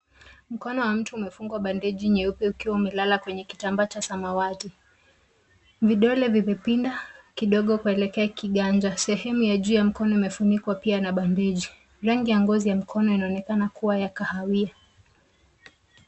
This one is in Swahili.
Mkono wa mtu umefungwa bandeji nyeupe ukiwa umelala kwenye kitambaa cha samawati. Vidole vimepinda kidogo kuelekea kiganja. Sehemu ya juu ya mkono umefunikwa pia na bandeji. Rangi ya ngozi ya mkono inaonekana kuwa ya kahawaia.